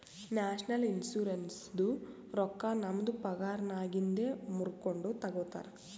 national ಇನ್ಶುರೆನ್ಸದು ರೊಕ್ಕಾ ನಮ್ದು ಪಗಾರನ್ನಾಗಿಂದೆ ಮೂರ್ಕೊಂಡು ತಗೊತಾರ್